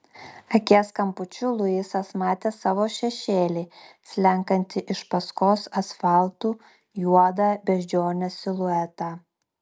akies kampučiu luisas matė savo šešėlį slenkantį iš paskos asfaltu juodą beždžionės siluetą